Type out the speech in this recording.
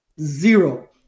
Zero